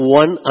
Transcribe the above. one